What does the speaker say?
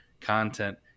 content